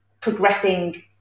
progressing